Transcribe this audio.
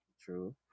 True